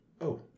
Oh